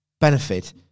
benefit